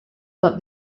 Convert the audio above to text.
that